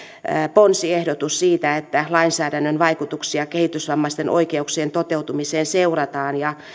ponsiehdotus siitä että lainsäädännön vaikutuksia kehitysvammaisten oikeuksien toteutumiseen seurataan ja